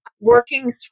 working